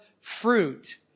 fruit